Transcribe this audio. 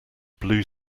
blue